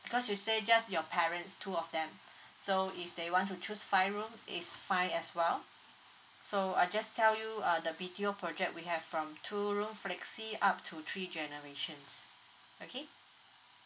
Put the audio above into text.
because you say just your parents two of them so if they want to choose five room is fine as well so I just tell you uh the B_T_O project we have from two room flexi up to three generations okay